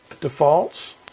Defaults